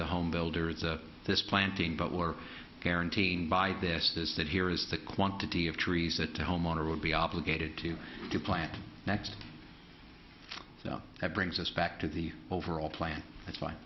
the home builder it's this planting but we're guaranteeing by this is that here is the quantity of trees that homeowner will be obligated to to plant next that brings us back to the overall plan that's